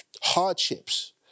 hardships